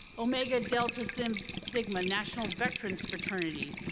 omega delta so um sigma national veterans fraternity,